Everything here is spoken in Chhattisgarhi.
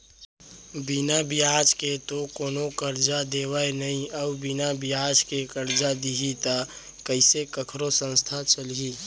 बिना बियाज के तो कोनो करजा देवय नइ अउ बिना बियाज के करजा दिही त कइसे कखरो संस्था चलही